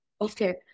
Okay